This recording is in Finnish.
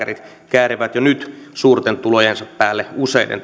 ja lääkärit käärivät jo nyt suurten tulojensa päälle useiden